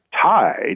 tied